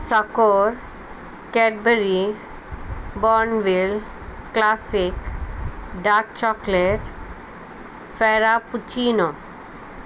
साकौर Cadbury Bournville classic dark chocolate फेरा पुचिनो